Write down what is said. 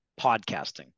podcasting